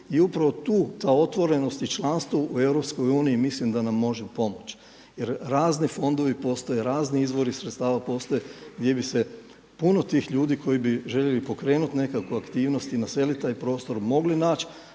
I upravo tu ta otvorenost i članstvo u EU mislim da nam može pomoći jer razni fondovi postoje, razni izvori sredstava postoje gdje bi se puno tih ljudi koji bi željeli pokrenuti nekakvu aktivnost i naseliti taj prostor mogli nać.